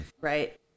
right